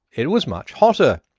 it was much hotter.